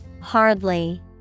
hardly